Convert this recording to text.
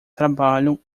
trabalham